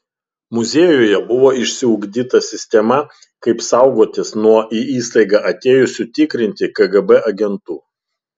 muziejuje buvo išsiugdyta sistema kaip saugotis nuo į įstaigą atėjusių tikrinti kgb agentų